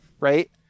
right